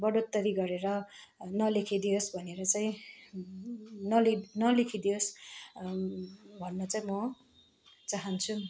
बढोत्तरी गरेर नलेखिदिनु होस् भनेर चाहिँ नलेख नलेखिदियोस् भन्न चाहिँ म चाहन्छु